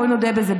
בואי נודה בזה,